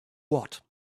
what